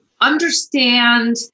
understand